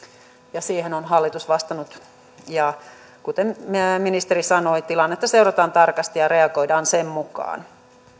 ja siihen on hallitus vastannut ja kuten ministeri sanoi tilannetta seurataan tarkasti ja reagoidaan sen mukaan